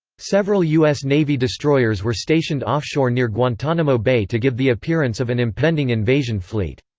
several us navy destroyers were stationed offshore near guantanamo bay to give the appearance of an impending invasion fleet.